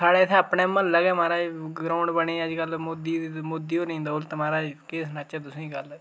साढ़े इत्थै अपने म्हल्ले गै महाराज ग्रांउड बने दे अज्जकल मोदी मोदी हुंदी बदौलत महाराज केह् सनाचै तुसेंगी गल्ल